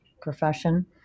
profession